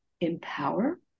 empower